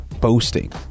boasting